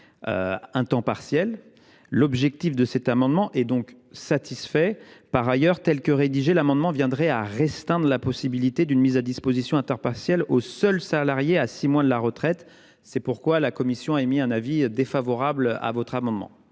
à temps partiel. Cet amendement est donc satisfait. Par ailleurs, tel qu’il est rédigé, l’amendement viendrait restreindre la possibilité d’une mise à disposition à temps partiel aux seuls salariés à six mois de la retraite. C’est pourquoi la commission émet un avis défavorable sur cet amendement.